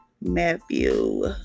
Matthew